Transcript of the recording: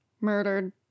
murdered